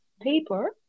paper